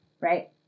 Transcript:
right